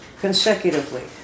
consecutively